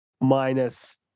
minus